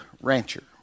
rancher